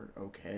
okay